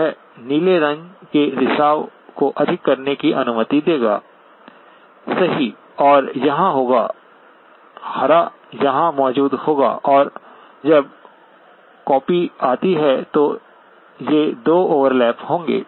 यह नीले रंग के रिसाव को अधिक करने की अनुमति देगा सही और यहां होगा हरा यहां मौजूद होगा और जब कॉपी आती है तो ये 2 ओवरलैप होंगे